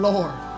Lord